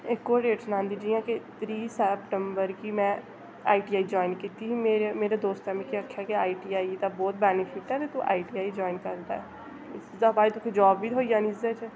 इक होर डेट सनांदी जियां कि त्रीह् सतंबर गी में आई टीआई जाइन कीती ही मेरे मेरे दोस्तां मिगी आखेआ कि आईटीआई दा बोह्त बैनिफिट ऐ ते तूं आईटीआई जाइन कर लै इसदै बाद च फ्ही जाब बी थ्होई जानी इसदे बिच्च